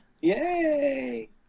yay